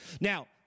Now